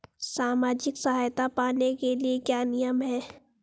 सामाजिक सहायता पाने के लिए क्या नियम हैं?